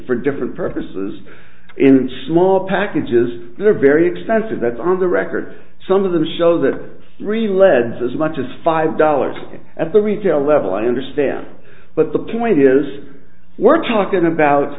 for different purposes in small packages that are very expensive that's on the record some of them show that really leds as much as five dollars at the retail level i understand but the point is we're talking about